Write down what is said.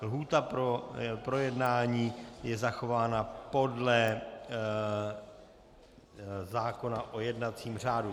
Lhůta pro projednání je zachována podle zákona o jednacím řádu.